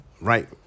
right